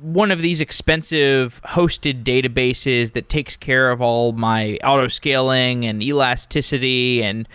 one of these expensive hosted databases that takes care of all my auto scaling and elasticity and